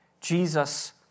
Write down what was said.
Jesus